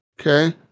Okay